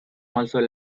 also